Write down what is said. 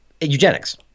eugenics